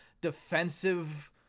defensive